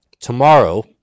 Tomorrow